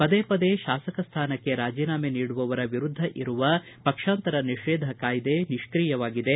ಪದೇ ಪದೇ ಶಾಸಕ ಸ್ಥಾನಕ್ಕೆ ರಾಜನಾಮೆ ನೀಡುವವರ ವಿರುದ್ಧ ಪಕ್ಷಾಂತರ ನಿಷೇಧ ಕಾಯ್ದೆ ನಿಷ್ಕಿಯವಾಗಿದೆ